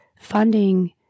funding